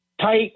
tight